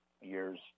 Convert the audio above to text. years